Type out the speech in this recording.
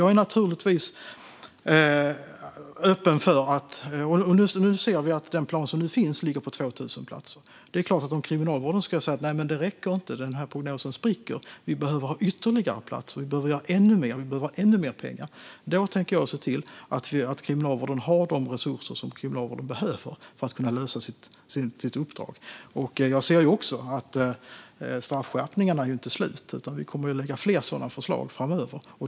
Jag är naturligtvis öppen. Vi ser att det är 2 000 platser i den plan som nu finns. Låt oss säga att Kriminalvården skulle säga: Nej, det räcker inte. Den prognosen spricker. Vi behöver ha ytterligare platser. Vi behöver göra ännu mer. Vi behöver ha ännu mer pengar. Då tänker jag se till att Kriminalvården har de resurser som Kriminalvården behöver för att kunna lösa sitt uppdrag. Jag ser också att straffskärpningarna inte är slut. Vi kommer att lägga fram fler sådana förslag framöver.